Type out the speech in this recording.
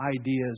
ideas